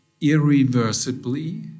irreversibly